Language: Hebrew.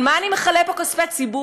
על מה אני מכלה פה כספי ציבור?